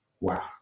Wow